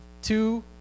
Two